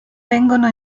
vengono